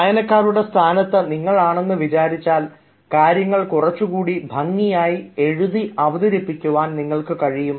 വായനക്കാരുടെ സ്ഥാനത്ത് നിങ്ങൾ ആണെന്ന് വിചാരിച്ചാൽ കാര്യങ്ങൾ കുറച്ചുകൂടി ഭംഗിയായി എഴുതി അവതരിപ്പിക്കുവാൻ നിങ്ങൾക്ക് കഴിയും